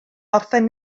orffen